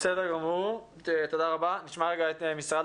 נשמע רגע את משרד